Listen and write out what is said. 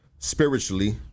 Spiritually